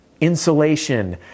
insulation